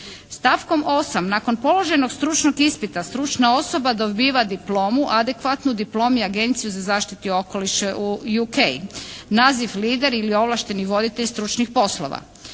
Stavkom 8. nakon položenog stručnog ispita stručna osoba dobiva diplomu adekvatnu diplomi Agencije za zaštitu okoliša u UK, naziv lider ili ovlašteni voditelj stručnih poslova.